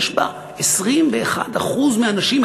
יש בה 21% מהאנשים,